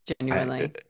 genuinely